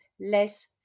less